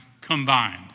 combined